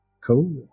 Cool